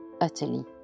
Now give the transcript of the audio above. utterly